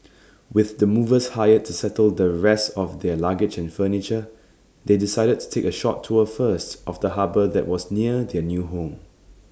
with the movers hired to settle the rest of their luggage and furniture they decided to take A short tour first of the harbour that was near their new home